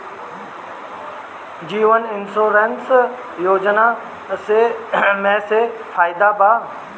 जीवन insurance योजना से का फायदा बा?